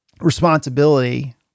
responsibility